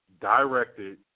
directed